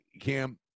Cam